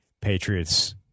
Patriots –